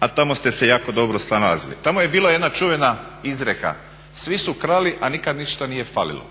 a tamo ste se jako dobro snalazili. Tamo je bila jedna čuvena izreka, "svi su krali, a nikad ništa nije falilo".